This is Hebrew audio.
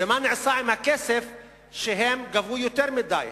ומה נעשה בכסף אם הם גבו יותר מדי?